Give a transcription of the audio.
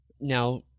Now